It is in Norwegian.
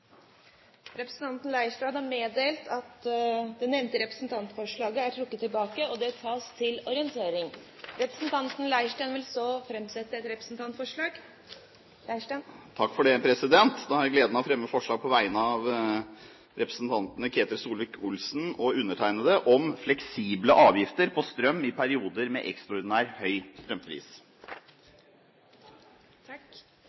Representanten Ulf Leirstein har meddelt at det nevnte representantforslaget er trukket tilbake, og det tas til orientering. Representanten Ulf Leirstein vil så framsette et representantforslag. Da har jeg gleden av å fremme et forslag på vegne av representantene Ketil Solvik-Olsen og meg selv om fleksible avgifter på strøm i perioder med ekstraordinært høy